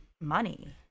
money